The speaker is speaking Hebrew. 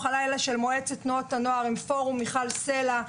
הלילה של מועצת תנועות הנוער עם פורום מיכל סלה.